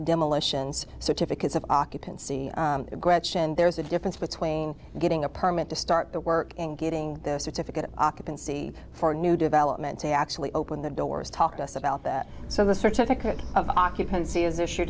demolitions certificates of occupancy gretchen there's a difference between getting a permit to start the work and getting the certificate of occupancy for a new development to actually open the doors talk to us about that so the certificate of occupancy is issue